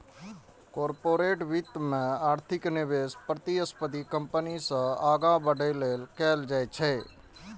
corporate वित्त मे अधिक निवेश प्रतिस्पर्धी कंपनी सं आगां बढ़ै लेल कैल जाइ छै